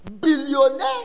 Billionaire